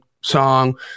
song